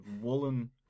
woolen